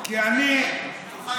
בשולחן